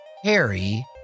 Harry